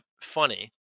funny